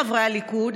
חברי הליכוד,